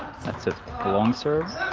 that's it lancers